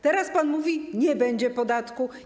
Teraz pan mówi: nie będzie podatku.